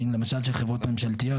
למשל של חברות ממשלתיות,